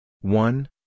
One